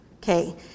Okay